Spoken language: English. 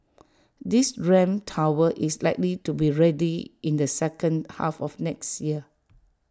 this ramp tower is likely to be ready in the second half of next year